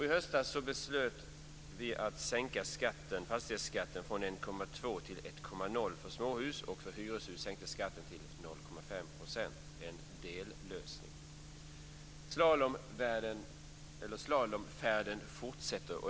I höstas beslutade man att sänka fastighetsskatten från 1,2 % till 1 % för småhus, och för hyreshus sänktes skatten till 0,5 %- en dellösning. Slalomfärden fortsätter.